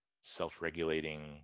self-regulating